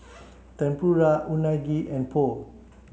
Tempura Unagi and Pho